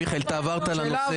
מיכאל, עברת לנושא.